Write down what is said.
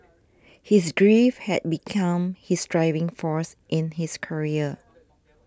his grief had become his driving force in his career